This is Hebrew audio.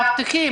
מאבטחים,